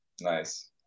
Nice